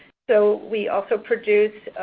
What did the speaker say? so, we also produce